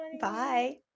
Bye